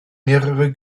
mehrere